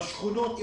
בשכונות.